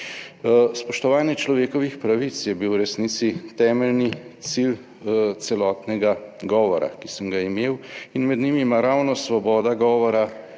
Spoštovanje človekovih pravic je bil v resnici temeljni cilj celotnega govora, ki sem ga imel, in med njimi ima ravno svoboda govora